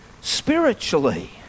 spiritually